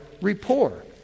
rapport